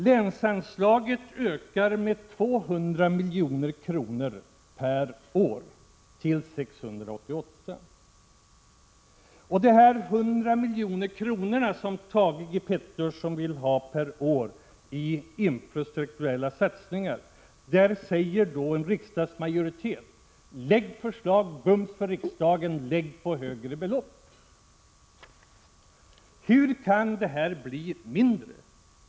Länsanslaget ökar med 200 milj.kr. per år till 688 milj.kr. Beträffande de 100 milj.kr. som Thage G. Peterson vill ha per år för infrastrukturella satsningar, säger en riksdagsmajoritet: Lägg bums fram förslag för riksdagen på högre belopp. Hur kan detta bli mindre?